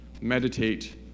meditate